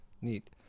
neat